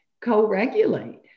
co-regulate